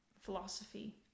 philosophy